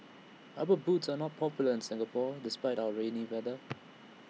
rubber boots are not popular in Singapore despite our rainy weather